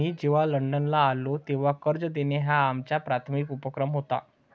मी जेव्हा लंडनला आलो, तेव्हा कर्ज देणं हा आमचा प्राथमिक उपक्रम होता